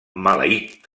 maleït